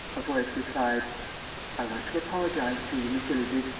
a voice replied i want to apologize to you, monsieur le duc,